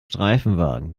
streifenwagen